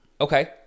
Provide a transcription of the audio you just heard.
Okay